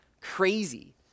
crazy